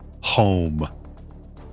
home